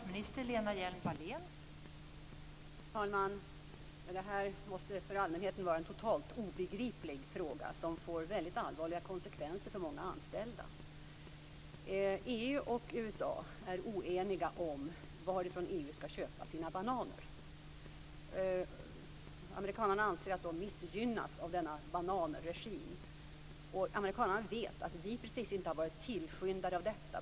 Fru talman! Det här måste för allmänheten vara en totalt obegriplig fråga som får väldigt allvarliga konsekvenser för många anställda. EU och USA är oeniga om varifrån EU skall köpa sina bananer. Amerikanerna anser att de missgynnas av denna bananregim. Amerikanerna vet att vi precis inte varit tillskyndare av detta.